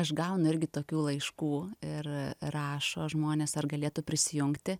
aš gaunu irgi tokių laiškų ir rašo žmonės ar galėtų prisijungti